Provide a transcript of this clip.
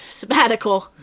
sabbatical